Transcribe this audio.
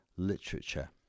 literature